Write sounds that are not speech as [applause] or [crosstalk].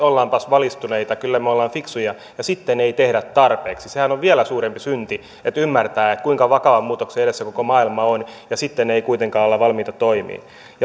[unintelligible] ollaanpas valistuneita kyllä ollaan fiksuja ja sitten ei tehdä tarpeeksi sehän on vielä suurempi synti että ymmärtää kuinka vakavan muutoksen edessä koko maailma on ja sitten ei kuitenkaan olla valmiita toimiin